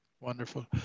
Wonderful